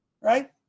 right